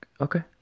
Okay